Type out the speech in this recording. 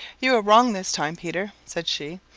you are wrong this time, peter, said she,